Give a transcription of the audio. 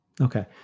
Okay